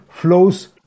flows